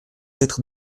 être